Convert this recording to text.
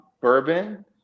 Bourbon